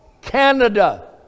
Canada